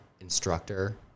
instructor